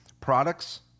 Products